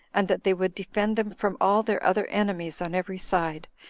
and that they would defend them from all their other enemies on every side,